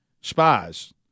spies